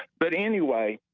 but anyway,